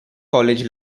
college